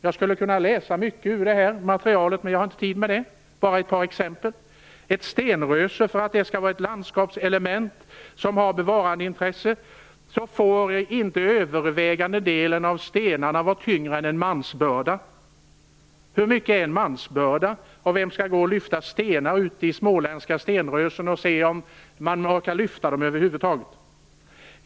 Jag skulle kunna läsa mycket ur det material som finns på området, men jag har inte tid med det, jag skall bara ge ett par exempel. För att ett stenröse skall vara ett landskapselement som har bevarandeintresse gäller att övervägande delen av stenarna inte får vara tyngre än en mansbörda. Hur mycket är en mansbörda? Vem skall gå och lyfta stenar ute i småländska stenrösen och se om man orkar lyfta dem över huvud taget?